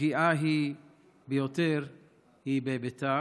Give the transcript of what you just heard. הפגיעה היא יותר בביתר,